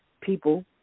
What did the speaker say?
people